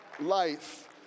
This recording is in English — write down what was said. life